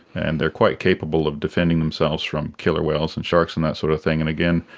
and they are quite capable of defending themselves from killer whales and sharks and that sort of thing. and again,